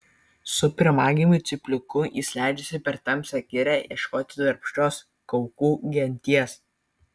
su pirmagimiu cypliuku jis leidžiasi per tamsią girią ieškoti darbščios kaukų genties